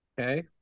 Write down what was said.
Okay